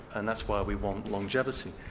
and that's why we want longevity.